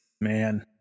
Man